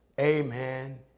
Amen